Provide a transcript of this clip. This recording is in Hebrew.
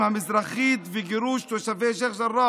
על מליאת הכנסת לדון בתקנות ולאשרן או לא